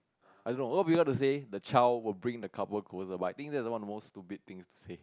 I don't know a lot of people like to say the child will bring the couple closer but I think that is one of the most stupid things to say